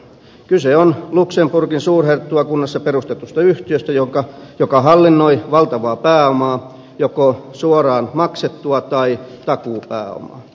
kyse on luxemburgin suurherttuakunnassa perustetusta yhtiöstä joka hallinnoi valtavaa pääomaa joko suoraan maksettua tai takuupääomaa